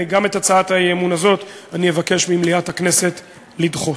גם את הצעת האי-אמון הזאת אני אבקש ממליאת הכנסת לדחות.